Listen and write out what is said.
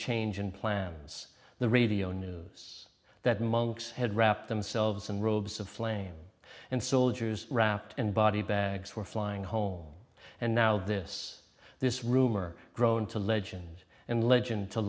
change in plans the radio news that monks had wrapped themselves and robes of flames and soldiers wrapped in body bags were flying home and now this this rumor grown to legends and legend to